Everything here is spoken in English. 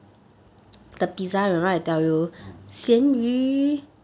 ah